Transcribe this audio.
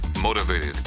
motivated